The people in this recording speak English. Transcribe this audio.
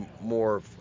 more